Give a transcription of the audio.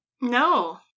No